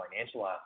financial